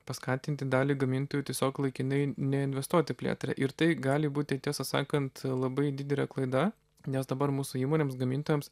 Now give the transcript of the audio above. paskatinti dalį gamintojų tiesiog laikinai neinvestuoti į plėtrą ir tai gali būti tiesą sakant labai didelė klaida nes dabar mūsų įmonėms gamintojoms